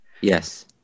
yes